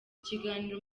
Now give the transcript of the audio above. kiganiro